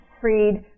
freed